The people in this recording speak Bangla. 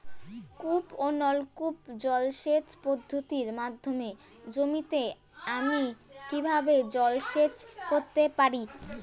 কূপ ও নলকূপ জলসেচ পদ্ধতির মাধ্যমে জমিতে আমি কীভাবে জলসেচ করতে পারি?